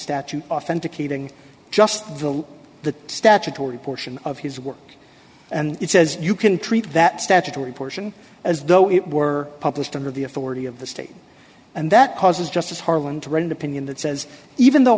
statute authenticating just the the statutory portion of his work and it says you can treat that statutory portion as though it were published under the authority of the state and that causes justice harlan to read opinion that says even though